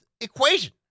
equation